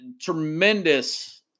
tremendous